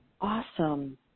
awesome